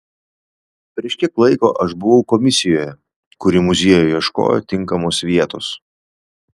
prieš kiek laiko aš buvau komisijoje kuri muziejui ieškojo tinkamos vietos